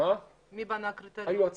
היעד